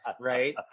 right